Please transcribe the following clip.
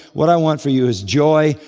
what i want for you is joy.